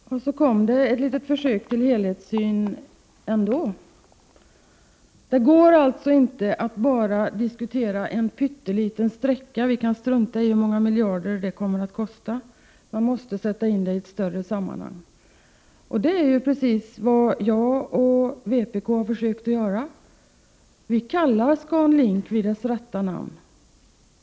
Herr talman! Så kom det ändå ett litet försök till helhetssyn. Det går alltså inte att bara diskutera en pytteliten sträcka — vi kan strunta i hur många miljarder denna kommer att kosta — utan man måste sätta in projektet i ett större sammanhang. Det är precis vad jag och vpk har försökt att göra. Vi kallar ScanLink vid dess rätta namn.